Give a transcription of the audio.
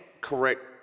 correct